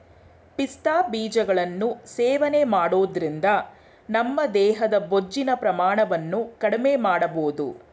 ಪಿಸ್ತಾ ಬೀಜಗಳನ್ನು ಸೇವನೆ ಮಾಡೋದ್ರಿಂದ ನಮ್ಮ ದೇಹದ ಬೊಜ್ಜಿನ ಪ್ರಮಾಣವನ್ನು ಕಡ್ಮೆಮಾಡ್ಬೋದು